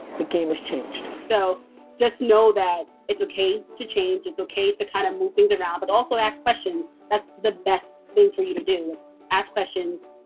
the game has changed. so just know that it's okay to change. it's okay to kind of move things around, but also ask questions. that's the best thing for you to do is ask questions,